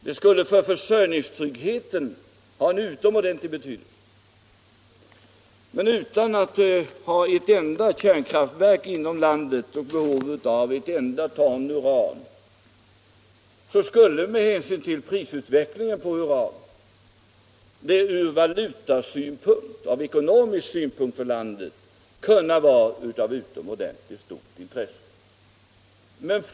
Det skulle för försörjningstryggheten ha en utomordentlig be tydelse, men utan ett enda kärnkraftverk inom landet och utan behov av ett enda ton uran skulle det också med hänsyn till prisutvecklingen på uran ur valutasynpunkt, ur ekonomisk synpunkt, kunna ha ett mycket stort intresse.